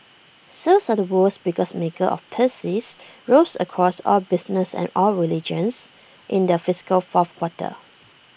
sales at the world's biggest maker of PCs rose across all businesses and all regions in the fiscal fourth quarter